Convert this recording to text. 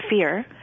fear